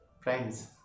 Friends